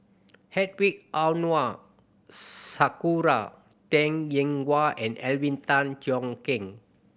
Hedwig Anuar Sakura Teng Ying Hua and Alvin Tan Cheong Kheng